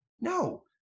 no